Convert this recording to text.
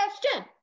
Question